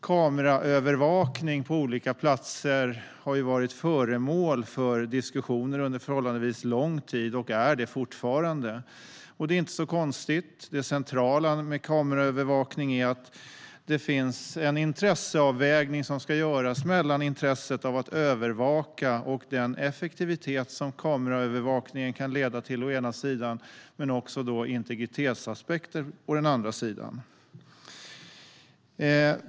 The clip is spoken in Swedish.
Kameraövervakning på olika platser har varit föremål för diskussioner under förhållandevis lång tid och är det fortfarande. Det är inte så konstigt. Det centrala med kameraövervakning är att det finns en intresseavvägning som ska göras mellan å ena sidan intresset av att övervaka och den effektivitet som kameraövervakningen kan leda till, å andra sidan integritetsaspekter.